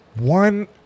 One